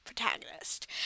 protagonist